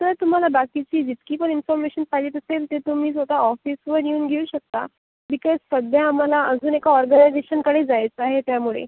sir तुम्हाला बाकीची जितकी पण इन्फर्मेशन पाहिजेत असेल ते तुम्ही स्वत ऑफिसवर येऊन घेऊ शकता बिकज सध्या आम्हाला अजून एका ऑर्गनायजेशनकडे जायचं आहे त्यामुळे